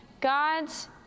God's